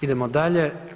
Idemo dalje.